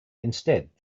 instead